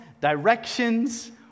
directions